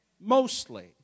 mostly